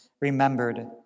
remembered